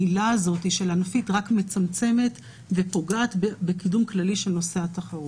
המילה "ענפית" רק מצמצמת ופוגעת בקידום כללי של נושא התחרות.